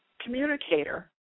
communicator